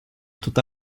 tutta